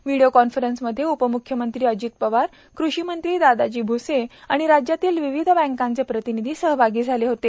video कॉन्फरन्समध्ये उपम्ख्यमंत्री अजित पवार कृषी मंत्री दादाजी भ्से आणि राज्यातील विविध बँकांचे प्रतिनिधी सहभागी झाले होते